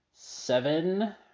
Seven